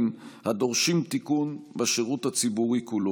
הדורשים תיקון בשירות הציבורי כולו.